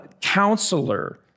Counselor